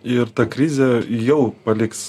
ir ta krizė jau paliks